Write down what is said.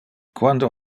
quando